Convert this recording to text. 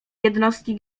jednostki